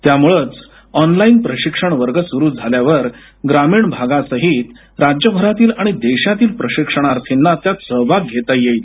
त्यामुळंच ऑनलाईन प्रशिक्षण वर्ग सुरू झाल्यावर ग्रामीण भागासहीत राज्यभरातील आणि देशातील प्रशिक्षणार्थींना त्यात सहभाग घेता येईल